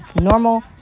normal